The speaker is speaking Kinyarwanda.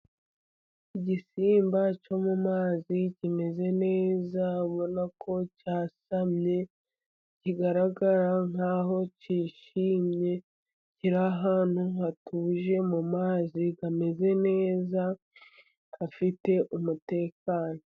Igisimba cyo mu mazi kimeze neza, ubona ko cyasamye kigaragara nk'aho cyishimye. Kiri ahantu hatuje mu mazi hameze neza hafite umutekano.